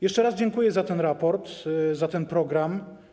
Jeszcze raz dziękuję za ten raport, za ten program.